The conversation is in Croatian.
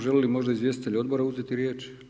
Želi li možda izvjestitelj odbora uzeti riječ?